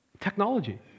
Technology